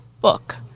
book